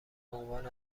بعنوان